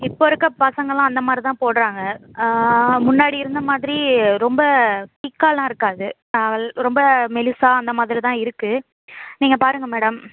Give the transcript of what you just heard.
இப்போது இருக்கற பசங்களாம் அந்த மாதிரி தான் போடுறாங்க முன்னாடி இருந்த மாதிரி ரொம்ப திக்காலாம் இருக்காது ரொம்ப மெலிசாக அந்த மாதிரி தான் இருக்குது நீங்கள் பாருங்கள் மேடம்